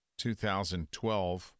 2012